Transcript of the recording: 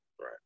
Right